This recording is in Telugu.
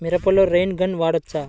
మిరపలో రైన్ గన్ వాడవచ్చా?